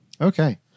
okay